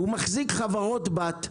הוא מחזיק חברות בת,